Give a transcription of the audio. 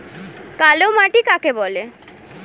কালো মাটি কাকে বলে?